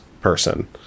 person